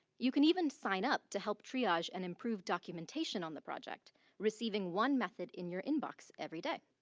you can even sign up to help triage and improve documentation on the project receiving one method in your inbox every day.